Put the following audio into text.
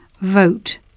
vote